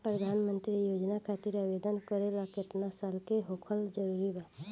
प्रधानमंत्री योजना खातिर आवेदन करे ला केतना साल क होखल जरूरी बा?